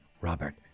Robert